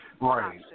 right